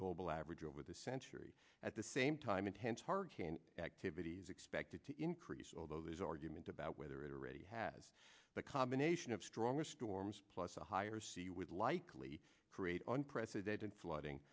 global average over the century at the same time intense hard activities expected to increase although this argument about whether it already has the combination of stronger storms plus a higher sea would likely create unprecedented flooding